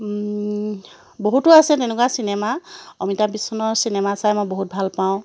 বহুতো আছে তেনেকুৱা চিনেমা অমিতাভ বচ্চনৰ চিনেমা চাই মই বহুত ভাল পাওঁ